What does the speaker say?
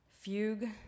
Fugue